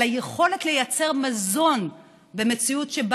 על היכולת לייצר מזון במציאות שבה